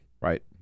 right